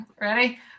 Ready